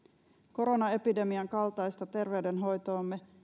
koronaepidemian kaltaista terveydenhoitomme